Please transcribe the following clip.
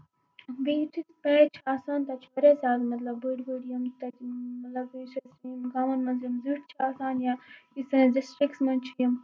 تہٕ بیٚیہِ یِتھُے چھِ آسان تَتہِ چھُ واریاہ زیادٕ مطلب بٔڑۍ بٔڑۍ یِم تَتہِ مطلب بیٚیہِ چھِ اَسہِ یِم گامَن منٛز یِم زِٹھ چھِ آسان یا یُس سٲنِس ڈِسٹرکَس منٛز چھِ یِم